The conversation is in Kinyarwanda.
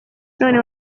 none